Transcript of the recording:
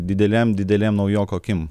didelėm didelėm naujoko akim